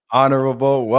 honorable